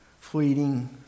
fleeting